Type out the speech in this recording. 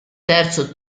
terzo